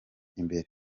imbere